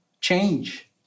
change